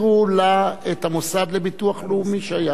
לה את המוסד לביטוח לאומי שהיה בה.